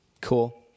Cool